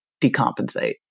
decompensate